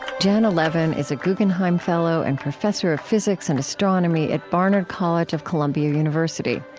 janna levin is a guggenheim fellow and professor of physics and astronomy at barnard college of columbia university.